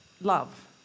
love